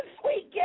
Sweet